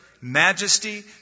majesty